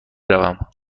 روم